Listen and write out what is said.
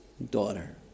daughter